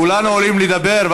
כולנו עולים לדבר,